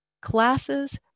classes